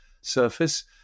surface